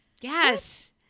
Yes